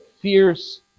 fierce